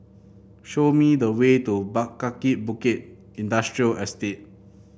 show me the way to Kaki Bukit Industrial Estate